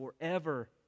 forever